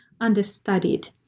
understudied